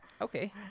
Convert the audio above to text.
okay